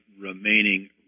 remaining